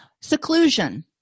Seclusion